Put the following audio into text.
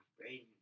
brain